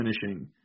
finishing